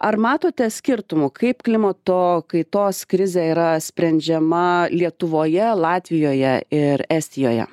ar matote skirtumų kaip klimato kaitos krizė yra sprendžiama lietuvoje latvijoje ir estijoje